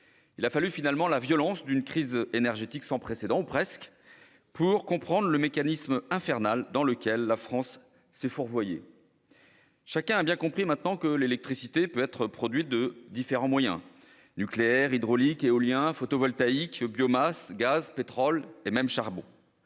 Il a fallu la violence d'une crise énergétique sans précédent, ou presque, pour comprendre le mécanisme infernal dans lequel la France s'est fourvoyée. Chacun a bien compris maintenant que l'électricité pouvait être produite par différents moyens : nucléaire, hydraulique, éolien, photovoltaïque, biomasse, gaz, pétrole et charbon.